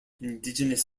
indigenous